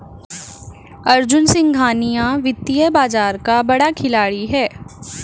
अर्जुन सिंघानिया वित्तीय बाजार का बड़ा खिलाड़ी है